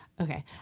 Okay